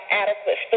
adequate